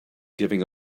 giving